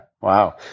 Wow